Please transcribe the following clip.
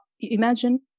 imagine